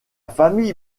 famille